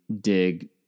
dig